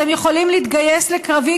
אתם יכולים להתגייס לקרבי,